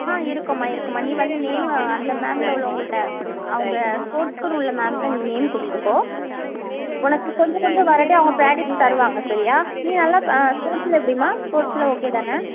ஆ இருக்குதும்மா இருக்குதும்மா நீ வந்து நேமை அந்த மேம்ல உள்ளவங்கள்கிட்ட அவங்க ஸ்போர்ட்ஸுக்குன்னு உள்ள மேம்கிட்ட நீ நேம் கொடுத்துக்கோ உனக்கு கொஞ்சம் கொஞ்சம் வராட்டி அவங்க ப்ராக்டீஸ் தருவாங்க சரியா நீ நல்லா ஆ ஸ்போர்ட்ஸில் எப்படிம்மா ஸ்போர்ட்ஸில் ஓகே தானே